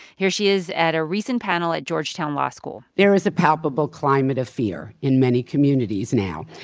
here she is at a recent panel at georgetown law school there is a palpable climate of fear in many communities now.